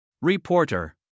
Reporter